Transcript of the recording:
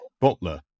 Butler